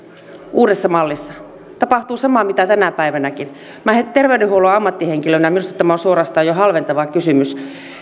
uudessa mallissa tapahtuu sama mitä tänä päivänäkin terveydenhuollon ammattihenkilönä minusta tämä on suorastaan jo halventava kysymys